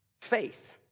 Faith